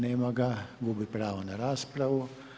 Nema ga, gubi pravo na raspravu.